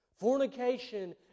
Fornication